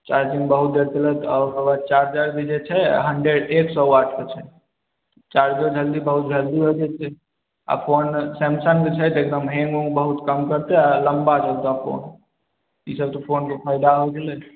charging बहुत देर चलत आओर चार्जर भी जे छै हंड्रेड एक सए वाट छै चार्जो जल्दी बहुत जल्दी हो जाइ चाही आ फोन सैमसंगमे छै तऽ एकदम हैंगो बहुत कम करतै आ लम्बा चलतै फोन ई सब फोनके फैदा हो गेलै